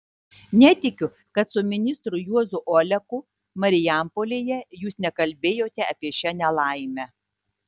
netikiu kad su ministru juozu oleku marijampolėje jūs nekalbėjote apie šią nelaimę